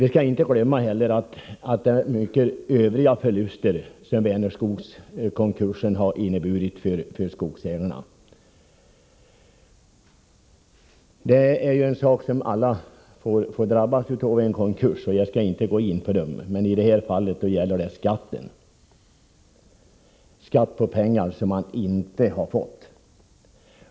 Vi skall inte heller glömma att Vänerskogskonkursen också inneburit många andra förluster för skogsägarna. Vid en konkurs drabbas ju alla — jag skall inte gå in på det — men i det här fallet får man betala skatt på pengar som man inte har fått.